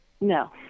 no